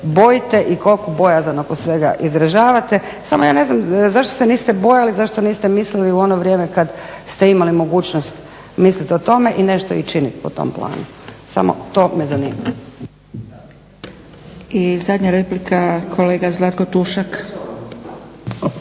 bojite i koliku bojazan oko svega izražavate. Samo ja ne znam zašto ste niste bojali, zašto niste mislili u ono vrijeme kada ste imali mogućnost misliti o tome i nešto i činiti po tom planu. Samo to me zanima. **Zgrebec, Dragica (SDP)** I zadnja replika kolega Zlatko Tušak.